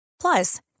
Plus